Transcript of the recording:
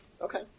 Okay